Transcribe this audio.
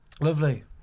Lovely